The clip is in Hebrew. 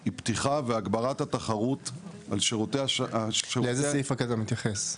היא פתיחה והגברת התחרות על שירותי --- לאיזה סעיף רק אתה מתייחס?